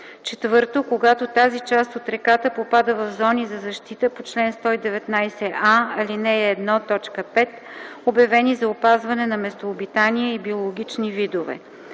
4. когато тази част от реката попада в зони за защита по чл. 119а, ал. 1, т. 5, обявени за опазване на местообитание и биологични видове;